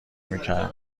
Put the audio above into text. میکردند